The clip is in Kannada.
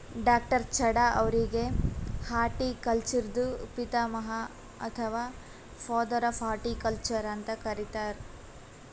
ಡಾ.ಚಢಾ ಅವ್ರಿಗ್ ಹಾರ್ಟಿಕಲ್ಚರ್ದು ಪಿತಾಮಹ ಅಥವಾ ಫಾದರ್ ಆಫ್ ಹಾರ್ಟಿಕಲ್ಚರ್ ಅಂತ್ ಕರಿತಾರ್